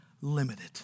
limited